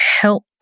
help